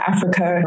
Africa